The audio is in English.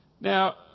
Now